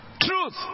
Truth